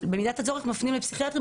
במידת הצורך מפנים לפסיכיאטרים,